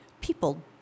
people